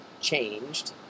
changed